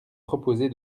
proposer